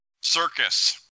Circus